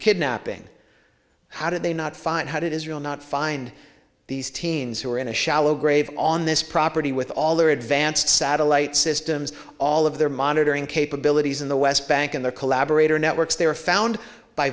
kidnapping how did they not find how did israel not find these teens who were in a shallow grave on this property with all their advanced satellite systems all of their monitoring capabilities in the west bank in their collaborator networks they were found by